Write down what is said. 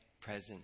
present